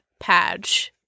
Padge